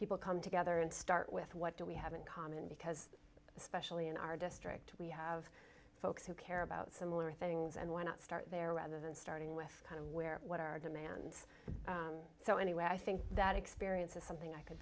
people come together and start with what do we have in common because especially in our district we have folks who care about similar things and why not start there rather than starting with kind of where what are demands so anyway i think that experience is something i could